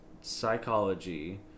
Psychology